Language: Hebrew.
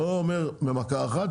אני לא אומר במכה אחת,